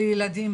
לילדים,